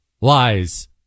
Lies